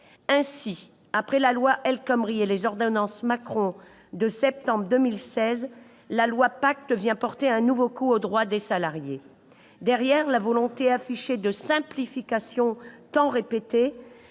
Ainsi, après la loi El Khomri et les ordonnances Macron de septembre 2016, le projet de loi PACTE vient porter un nouveau coup aux droits des salariés. Derrière une volonté affichée et tant répétée